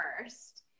first